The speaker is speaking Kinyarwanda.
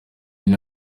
niwe